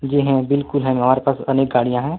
जी हैं बिल्कुल हैं हमारे पास अनेक गाड़ियाँ हैं